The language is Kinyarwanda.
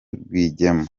rwigema